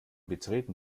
betreten